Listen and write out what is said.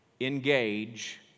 engage